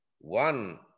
one